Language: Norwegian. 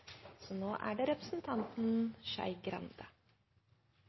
så er det